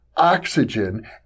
oxygen